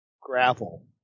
gravel